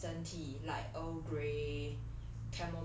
and it's western tea like earl grey